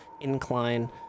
incline